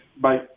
Bye